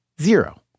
zero